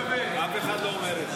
אף אחד לא אומר את זה.